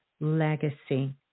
legacy